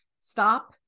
Stop